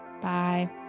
Bye